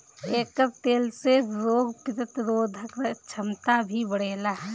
एकर तेल से रोग प्रतिरोधक क्षमता भी बढ़ेला